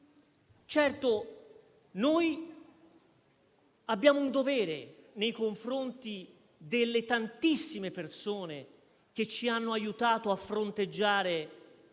Noi abbiamo un dovere nei confronti delle tantissime persone che ci hanno aiutato a fronteggiare